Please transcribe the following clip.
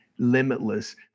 limitless